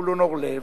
זבולון אורלב.